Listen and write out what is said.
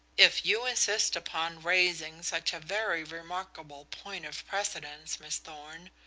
if you insist upon raising such a very remarkable point of precedence, miss thorn,